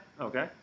Okay